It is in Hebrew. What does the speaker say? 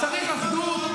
לא לא לא לא לא, צריך אחדות.